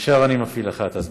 עכשיו אני מפעיל לך את הזמן.